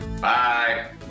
Bye